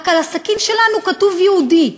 רק על הסכין שלנו כתוב "יהודי",